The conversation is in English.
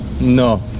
No